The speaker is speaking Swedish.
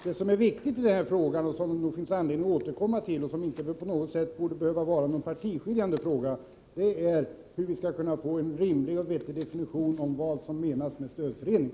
Den viktiga fråga som det finns anledning återkomma till och som inte på något sätt behöver vara en partiskiljande fråga är: Hur skall vi kunna få en rimlig och vettig definition av vad som menas med en stödförening?